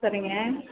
சரிங்க